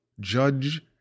judge